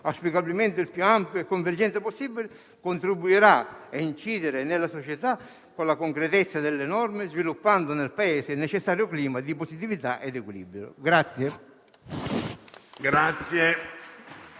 auspicabilmente il più ampio e convergente possibile, contribuirà a incidere nella società con la concretezza delle norme, sviluppando nel Paese il necessario clima di positività ed equilibrio.